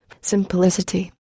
Simplicity